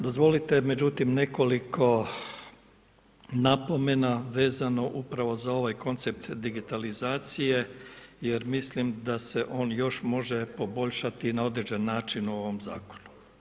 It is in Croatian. Dozvolite međutim, nekoliko napomena vezano upravo za ovaj koncept digitalizacije, jer mislim da se on još može poboljšati na određeni u ovom zakonu.